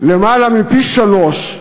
למעלה מפי-שלושה,